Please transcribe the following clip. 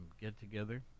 get-together